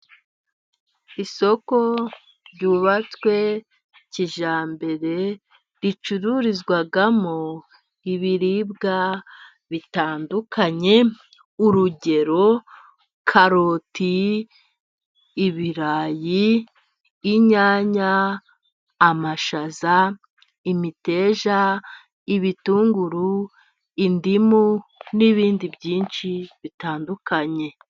Isoko ryubatswe kijyambere ricururizwamo ibiribwa bitandukanye. Urugero karoti, ibirayi, inyanya, amashaza, imiteja, ibitunguru, indimu n'ibindi byinshi bitandukanye.